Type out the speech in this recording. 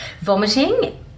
Vomiting